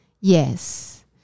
Yes